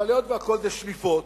היות שהכול זה שליפות,